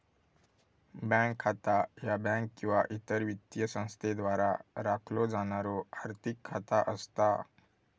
bank खाता ह्या bank किंवा इतर वित्तीय संस्थेद्वारा राखलो जाणारो आर्थिक खाता असता